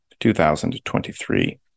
2023